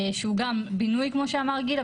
שהוא גם בינוי כמו שאמר גיל,